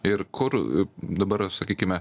ir kur dabar sakykime